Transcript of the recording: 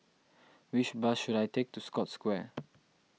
which bus should I take to Scotts Square